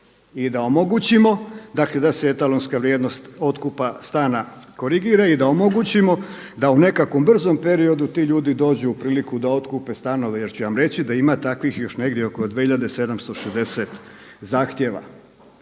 o tome da se ovaj etalonska vrijednost korigira i da omogućimo da u nekakvom brzom periodu ti ljudi dođu u priliku da otkupe stanove jer ću vam reći da ima takvih još negdje oko 2.760 zahtjeva.